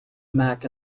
mac